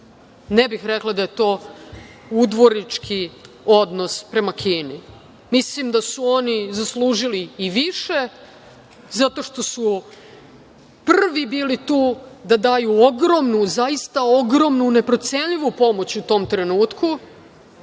ne bih rekla da je to udvorički odnos prema Kini. Mislim da su oni zaslužili i više zato što su prvi bili tu da daju ogromnu, zaista ogromnu neprocenjivu pomoć u tom trenutku,